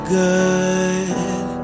good